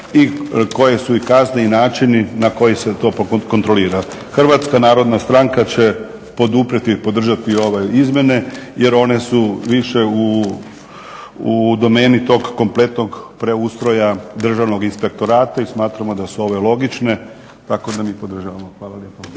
i koje su i kazne i načini na koji se to kontrolira. Hrvatska narodna stranka će poduprijeti, podržati ove izmjene jer one su više u domeni tog kompletnog preustroja Državnog inspektorata i smatramo da su ove logične. Tako da mi podržavamo. Hvala lijepa.